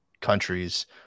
countries